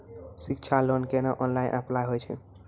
शिक्षा लोन केना online apply होय छै?